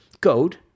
code